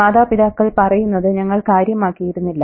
മാതാപിതാക്കൾ പറയുന്നത് ഞങ്ങൾ കാര്യമാക്കിയിരുന്നില്ല